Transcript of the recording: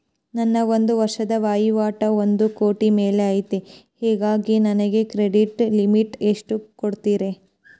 ನನ್ನ ಒಂದು ವರ್ಷದ ವಹಿವಾಟು ಒಂದು ಕೋಟಿ ಮೇಲೆ ಐತೆ ಹೇಗಾಗಿ ನನಗೆ ಕ್ರೆಡಿಟ್ ಲಿಮಿಟ್ ಎಷ್ಟು ಕೊಡ್ತೇರಿ?